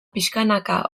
pixkanaka